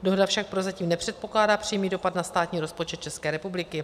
Dohoda však prozatím nepředpokládá přímý dopad na státní rozpočet České republiky.